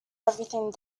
everything